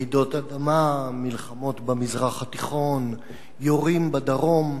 רעידות אדמה, מלחמות במזרח התיכון, יורים בדרום.